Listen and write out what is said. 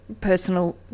personal